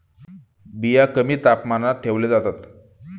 बिया कमी तापमानात ठेवल्या जातात